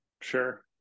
Sure